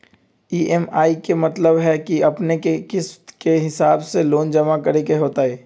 EMI के मतलब है कि अपने के किस्त के हिसाब से लोन जमा करे के होतेई?